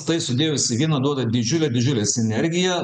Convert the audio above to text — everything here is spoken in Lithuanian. tai sudėjus į vieną duoda didžiulę didžiulę sinergiją